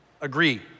agree